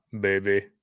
baby